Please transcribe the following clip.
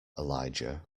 elijah